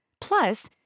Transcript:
Plus